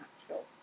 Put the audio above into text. actual